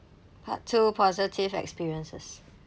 part two positive experiences